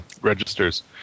registers